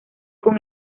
con